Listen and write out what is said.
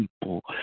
people